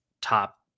top